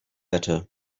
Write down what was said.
better